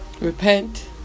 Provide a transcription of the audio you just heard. Repent